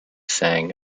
sang